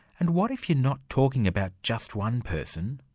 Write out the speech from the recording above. and what if you're not talking about just one person,